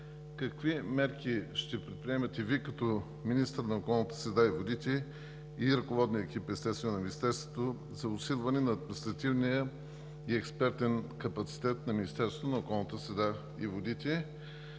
Какви мерки ще предприемете Вие като министър на околната среда и водите, и ръководният екип на Министерството за усилване на административния и експертен капацитет на Министерството на околната среда и водите?